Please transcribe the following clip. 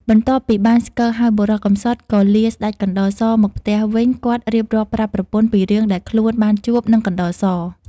បន្ទាប់ពីបានស្គរហើយ បុរសកំសត់ក៏លាស្ដេចកណ្តុរសមកផ្ទះ វិញគាត់រៀបរាប់ប្រាប់ប្រពន្ធពីរឿងដែលខ្លួនបានជួប នឹងកណ្តុរស ។